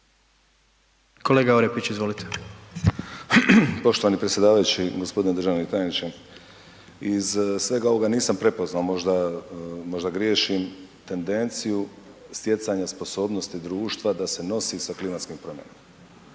**Orepić, Vlaho (NP)** Poštovani predsjedavajući i gospodine državni tajniče. Iz svega ovoga nisam prepoznao, možda, možda griješim, tendenciju stjecanja sposobnosti društva da se nosi sa klimatskim promjenama.